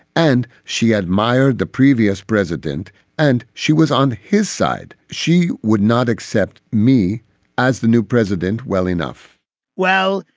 and she admired the previous president and she was on his side. she would not accept me as the new president well enough well,